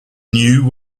knew